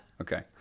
Okay